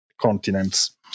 continents